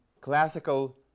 classical